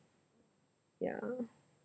yeah